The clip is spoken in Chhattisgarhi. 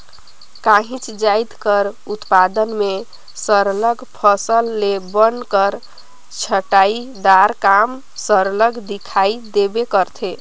काहींच जाएत कर उत्पादन में सरलग अफसल ले बन कर छंटई दार काम सरलग दिखई देबे करथे